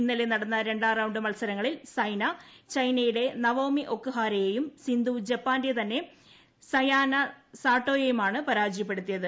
ഇന്നലെ നടന്ന രണ്ടാം റൌണ്ട് മത്സരങ്ങളിൽ സൈന ചൈനയുടെ നവോമി ഒക്കു ഹാരയേയും സിന്ധു ജപ്പാന്റെ തന്നെ സയാന സാട്ടോയേയുമാണ് പരാജയപ്പെടുത്തിയത്